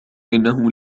إنه